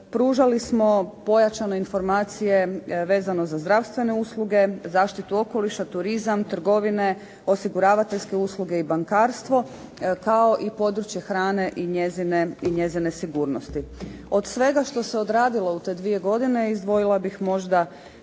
Pružali smo pojačane informacije vezano za zdravstvene usluge, zaštitu okoliša, turizam, trgovine, osiguravateljske usluge i bankarstvo kao i područje hrane i njezine sigurnosti. Od svega što se odradilo u te dvije godine izdvojila bih možda